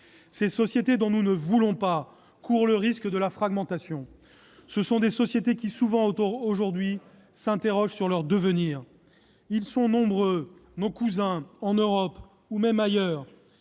Ces sociétés dont nous ne voulons pas courent le risque de la fragmentation. Très bien ! Ce sont des sociétés qui souvent aujourd'hui s'interrogent sur leur devenir. Ils sont nombreux, nos cousins, en Europe ou même ailleurs,